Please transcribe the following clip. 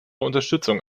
unterstützung